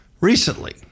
recently